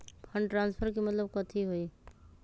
Fund transfer के मतलब कथी होई?